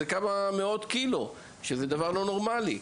מדובר בכמה מאות קילוגרמים וזה דבר לא נורמלי.